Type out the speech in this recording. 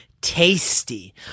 tasty